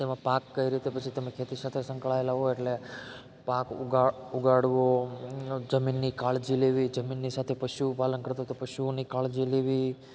તેમાં પાક કઈ રીતે તમે ખેતી સાથે સંકળાયેલા હોય એટલે પાક ઉગા ઉગાડવો જમીનની કાળજી લેવી જમીનની સાથે પશુપાલન કરતા હોય તો પશુઓનીકાળજી લેવી